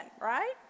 right